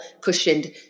cushioned